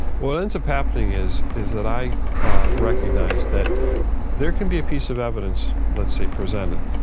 what ends up happening is is that i recognize that there can be a piece of evidence, let's say presented.